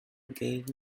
gave